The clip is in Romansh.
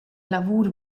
lavur